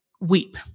weep